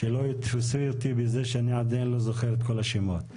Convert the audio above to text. שלא יתפסו אותי שאני עדיין לא זוכר את כל השמות.